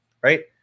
right